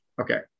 Okay